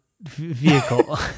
vehicle